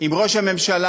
עם ראש הממשלה,